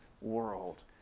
world